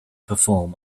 perform